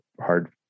hard